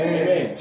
amen